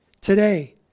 Today